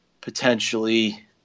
potentially